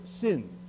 sin